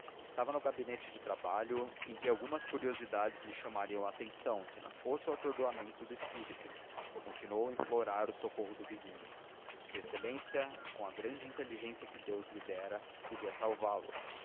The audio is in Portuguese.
estava no gabinete de trabalho em que algumas curiosidades lhe chamariam a atenção se não fosse o atordoamento do espírito continuou a implorar o socorro do vizinho s exa com a grande inteligência que deus lhe dera podia salvá-lo